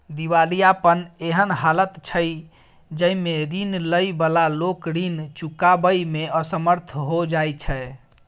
दिवालियापन एहन हालत छइ जइमे रीन लइ बला लोक रीन चुकाबइ में असमर्थ हो जाइ छै